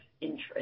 interest